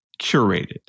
curated